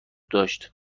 داشت